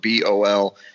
BOL